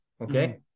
Okay